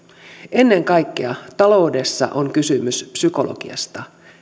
ennen kaikkea taloudessa on kysymys psykologiasta